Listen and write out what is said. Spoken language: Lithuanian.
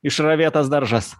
išravėtas daržas